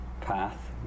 path